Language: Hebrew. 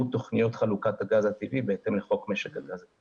תוכניות חלוקת הגז הטבעי בהתאם לחוק משק הגז.